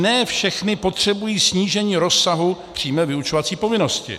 Ne všechny potřebují snížení rozsahu přímé vyučovací povinnosti.